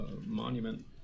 monument